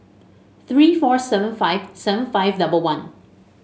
three four seven five seven five double one